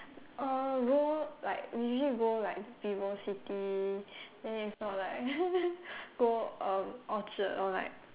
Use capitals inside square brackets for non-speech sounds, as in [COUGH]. uh go like usually go like VivoCity then if not like [LAUGHS] go uh Orchard or like